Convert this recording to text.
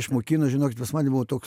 išmokino žinokit pas mane buvo toks